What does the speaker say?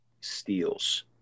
steals